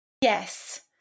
Yes